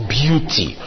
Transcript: beauty